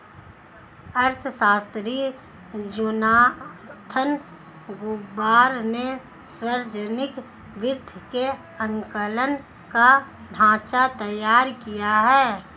अर्थशास्त्री Jonathan Gruber ने सावर्जनिक वित्त के आंकलन का ढाँचा तैयार किया है